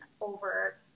over